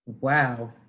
Wow